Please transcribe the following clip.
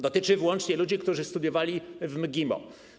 Dotyczy wyłącznie ludzi, którzy studiowali w MGIMO.